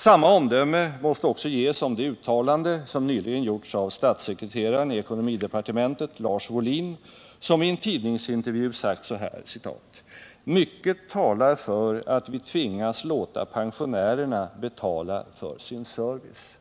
Samma omdöme måste också ges om det uttalande som nyligen gjorts av statssekreteraren i ekonomidepartementet Lars Wohlin, som i en tidningsintervju sagt så här: ”Mycket talar för att vi tvingas låta pensionärerna betala för sin service.”